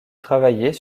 travailler